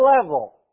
level